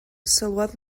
sylwodd